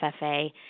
FFA